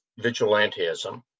vigilantism